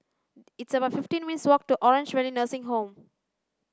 it's about fifteen minutes' walk to Orange Valley Nursing Home